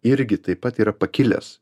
irgi taip pat yra pakilęs